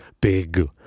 big